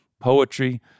poetry